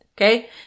Okay